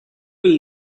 will